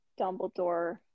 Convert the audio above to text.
Dumbledore